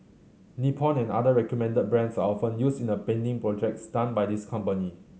Nippon and other recommended brands are often used in the painting projects done by this company